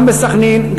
גם בסח'נין,